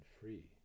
free